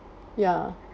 ya